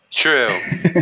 True